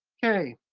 okay,